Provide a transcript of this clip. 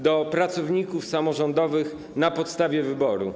Do pracowników samorządowych na podstawie wyboru.